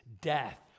death